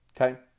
Okay